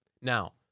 Now